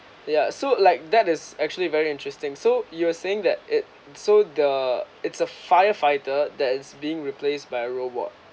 ya so like that is actually very interesting so you were saying that it so the it's a firefighter that is being replaced by a robot